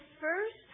first